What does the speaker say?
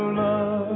love